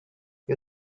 you